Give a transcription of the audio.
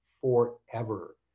forever